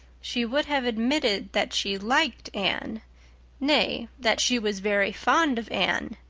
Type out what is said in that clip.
she would have admitted that she liked anne nay, that she was very fond of anne.